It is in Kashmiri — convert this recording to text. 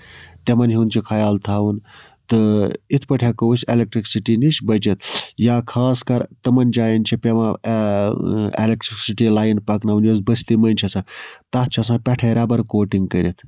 تِمن ہُند چھُ خَیال تھاوُن تہٕ یِتھ پٲٹھۍ ہٮ۪کَو أسۍ اِلیکٹرسٹی نِش بٔچھِتھ یا خاص کر تِمَن جاین چھِ پیوان اٮ۪لیکٹرسٹی لاین پَکناوٕنۍ یۄس بٔستی منٛز چھےٚ آسان تَتھ چھُ آسان پٮ۪ٹھٕے رَبَر کوٹِنگ کٔرِتھ